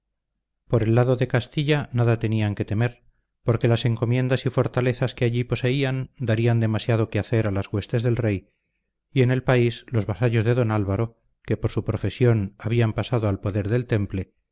por el lado de castilla nada tenían que temer porque las encomiendas y fortalezas que allí poseían darían demasiado que hacer a las huestes del rey y en el país los vasallos de don álvaro que por su profesión habían pasado al poder del temple